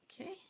Okay